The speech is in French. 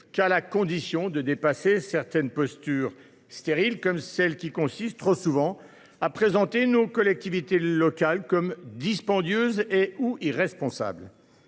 qu’à la condition de dépasser certaines postures stériles, comme celle qui consiste, trop souvent, à présenter nos collectivités territoriales comme dispendieuses ou irresponsables.